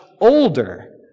older